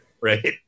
right